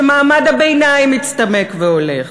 שמעמד הביניים מצטמק והולך,